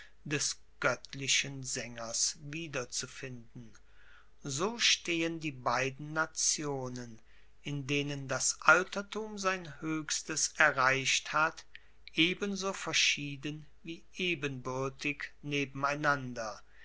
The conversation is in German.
des goettlichen saengers wiederzufinden so stehen die beiden nationen in denen das altertum sein hoechstes erreicht hat ebenso verschieden wie ebenbuertig nebeneinander